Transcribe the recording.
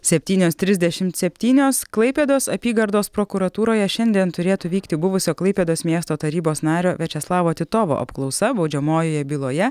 septynios trisdešimt septynios klaipėdos apygardos prokuratūroje šiandien turėtų vykti buvusio klaipėdos miesto tarybos nario viačeslavo titovo apklausa baudžiamojoje byloje